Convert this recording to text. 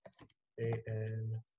A-N-